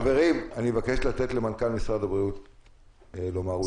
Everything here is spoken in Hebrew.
חברים, אני מבקש לתת למנכ"ל משרד הבריאות לומר.